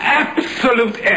absolute